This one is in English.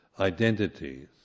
identities